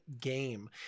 game